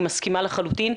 אני מסכימה לחלוטין.